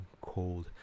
cold